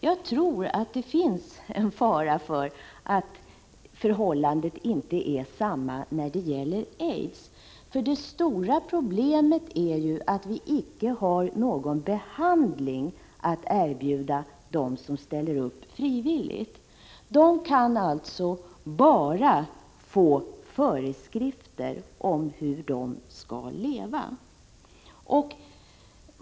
Jag befarar att förhållandet inte är detsamma när det gäller aids, för det stora problemet är ju att vi inte har någon behandling att erbjuda dem som ställer upp frivilligt. De kan alltså bara få föreskrifter om hur de skall leva.